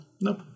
nope